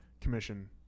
commission